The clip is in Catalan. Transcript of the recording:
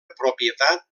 propietat